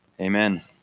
Amen